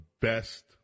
best